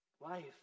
Life